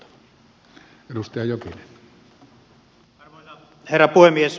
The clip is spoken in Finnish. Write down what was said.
arvoisa herra puhemies